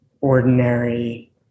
ordinary